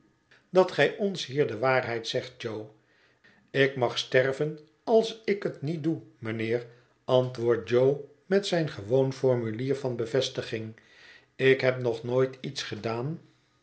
dat gij ons hier de waarheid zegt jo ik mag sterven als ik het niet doe mijnheer antwoordt jo met zijn gewoon formulier van bevestiging ik heb nog nooit iets gedaan